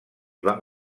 van